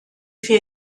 vier